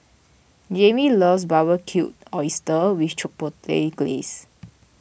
Jayme loves Barbecue Oyster with Chipotle Glaze